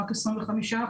רק 25%,